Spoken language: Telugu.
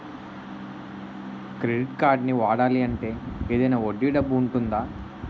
క్రెడిట్ కార్డ్ని వాడాలి అంటే ఏదైనా వడ్డీ డబ్బు ఉంటుందా?